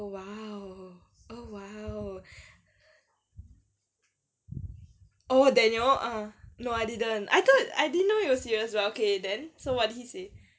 oh !wow! oh !wow! oh daniel ah no I didn't I thought I didn't know you were serious but okay then so what did he say